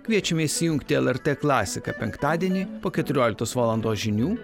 kviečiame įsijungti lrt klasiką penktadienį po keturioliktos valandos žinių